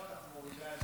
חלילה, חלילה.